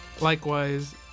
Likewise